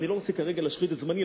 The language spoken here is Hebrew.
וכרגע אני לא רוצה להשחית את זמני.